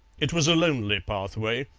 it was a lonely pathway,